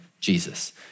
Jesus